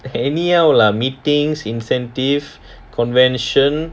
anyhow lah meetings incentive convention